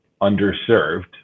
underserved